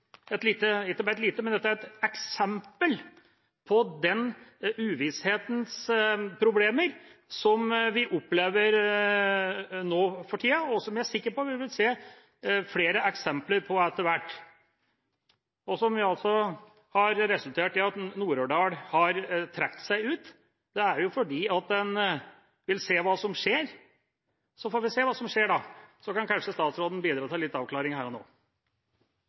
lite – og ikke bare et lite – eksempel på problemene med den uvissheten som vi opplever nå for tiden, som jeg er sikker på at vi vil se flere eksempler på etter hvert, og som har resultert i at Nord-Aurdal har trukket seg ut. Det er jo fordi en vil se hva som skjer. Så får vi se hva som skjer, da – og så kan kanskje statsråden bidra til en liten avklaring her og nå.